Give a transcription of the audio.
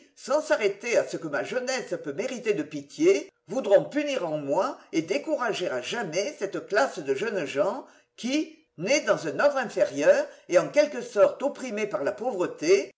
sans s'arrêter à ce que ma jeunesse peut mériter de pitié voudront punir en moi et décourager à jamais cette classe de jeunes gens qui nés dans un ordre inférieur et en quelque sorte opprimés par la pauvreté